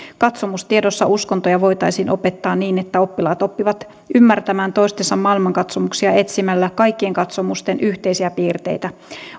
katsomustiedossa uskontoja voitaisiin opettaa niin että oppilaat oppivat ymmärtämään toistensa maailmankatsomuksia etsimällä kaikkien katsomusten yhteisiä piirteitä